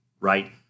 right